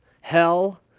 hell